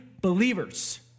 believers